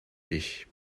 ich